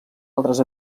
altres